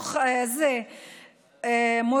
ובתוך זה מורות,